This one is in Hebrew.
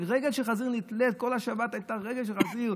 רגל של חזיר נתלית, כל השבת הייתה רגל של חזיר,